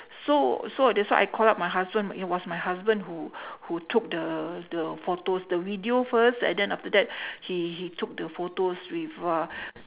so so that's why I call up my husband it was my husband who who took the the photos the video first and then after that he he took the photos with uh